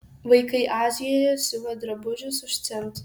vaikai azijoje siuva drabužius už centus